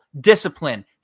discipline